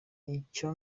icya